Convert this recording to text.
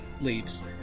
leaves